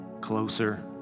closer